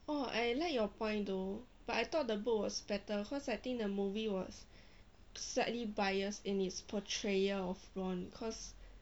oh I like your point though but I thought the book was better cause I think the movie was slightly biased in its portrayal of ron cause